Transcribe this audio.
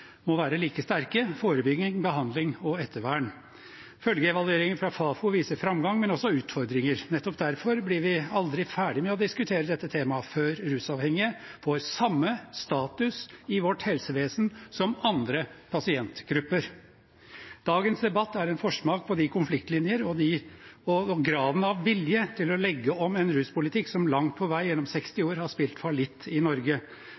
må være like sterke: forebygging, behandling og ettervern. Følgeevalueringen fra Fafo viser framgang, men også utfordringer. Nettopp derfor blir vi aldri ferdig med å diskutere dette temaet før rusavhengige får samme status i vårt helsevesen som andre pasientgrupper. Dagens debatt er en forsmak på konfliktlinjene og graden av vilje til å legge om en ruspolitikk som langt på vei gjennom 60 år har spilt fallitt i Norge.